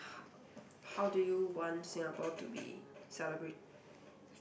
how do you want Singapore to be celebrate